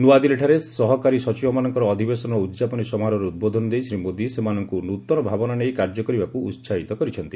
ନ୍ତଆଦିଲ୍ଲୀଠାରେ ସହକାରୀ ସଚିବମାନଙ୍କର ଅଧିବେଶନର ଉଦ୍ଯାପନୀ ସମାରୋହରେ ଉଦ୍ବୋଧନ ଦେଇ ଶ୍ରୀ ମୋଦୀ ସେମାନଙ୍କୁ ନୃତନ ଭାବନା ନେଇ କାର୍ଯ୍ୟକରିବାକୁ ଉସାହିତ କରିଛନ୍ତି